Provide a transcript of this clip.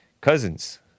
Cousins